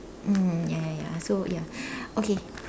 mm ya ya ya so ya okay